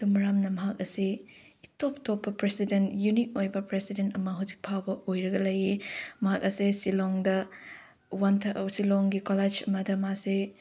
ꯑꯗꯨꯒꯤ ꯃꯔꯝꯅ ꯃꯍꯥꯛ ꯑꯁꯤ ꯏꯇꯣꯞ ꯇꯣꯞꯄ ꯄ꯭ꯔꯁꯤꯗꯦꯟ ꯌꯨꯅꯤꯛ ꯑꯣꯏꯕ ꯄ꯭ꯔꯁꯤꯗꯦꯟ ꯑꯃ ꯍꯧꯖꯤꯛꯐꯥꯎꯕ ꯑꯣꯏꯔꯒ ꯂꯩ ꯃꯍꯥꯛ ꯑꯁꯦ ꯁꯤꯜꯂꯣꯡꯗ ꯁꯤꯜꯂꯣꯡꯒꯤ ꯀꯣꯂꯦꯖ ꯑꯃꯗ ꯃꯥꯁꯦ